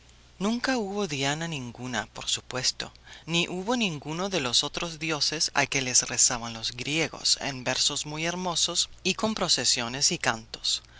nunca hubo diana ninguna por supuesto ni hubo ninguno de los otros dioses a que les rezaban los griegos en versos muy hermosos y con procesiones y cantos